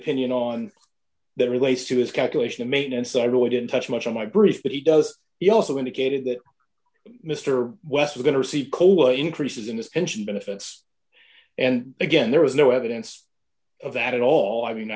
opinion on that relates to his calculation of maintenance i really didn't touch much on my brief that he does he also indicated that mr west is going to receive cola increases in this pension benefits and again there was no evidence of that at all i mean